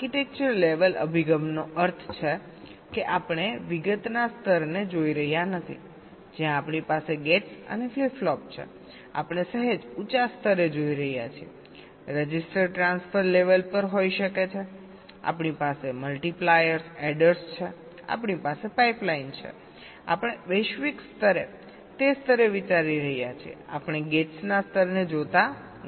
architecture level અભિગમનો અર્થ છે કે આપણે વિગતના સ્તરને જોઈ રહ્યા નથી જ્યાં આપણી પાસે ગેટ્સ અને ફ્લિપ ફ્લોપ છે આપણે સહેજ ઉંચા સ્તરે જોઈ રહ્યા છીએરજિસ્ટર ટ્રાન્સફર લેવલ પર હોઈ શકે છે આપણી પાસે મલ્ટીપ્લાયર્સ એડર્સ છે આપણી પાસે પાઇપલાઇન છે આપણે વૈશ્વિક સ્તરે તે સ્તરે વિચારી રહ્યા છીએ આપણે ગેટ્સના સ્તરને જોતા નથી